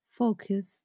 focus